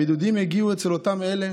הבידודים הגיעו אצל אותם אלה